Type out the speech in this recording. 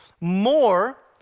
more